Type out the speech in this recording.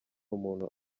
umuntu